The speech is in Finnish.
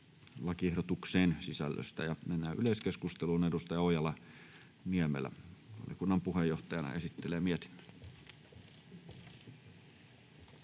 lakiehdotuksen sisällöstä. — Mennään yleiskeskusteluun. Edustaja Ojala-Niemelä valiokunnan puheenjohtajana esittelee mietinnön.